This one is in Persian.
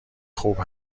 خوب